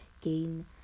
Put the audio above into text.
gain